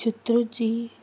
चित्र जी